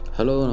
Hello